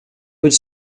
would